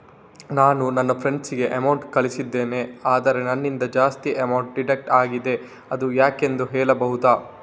ನಾನು ನನ್ನ ಫ್ರೆಂಡ್ ಗೆ ಅಮೌಂಟ್ ಕಳ್ಸಿದ್ದೇನೆ ಆದ್ರೆ ನನ್ನಿಂದ ಜಾಸ್ತಿ ಅಮೌಂಟ್ ಡಿಡಕ್ಟ್ ಆಗಿದೆ ಅದು ಯಾಕೆಂದು ಹೇಳ್ಬಹುದಾ?